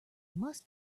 must